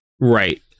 Right